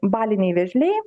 baliniai vėžliai